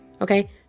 Okay